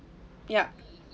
yup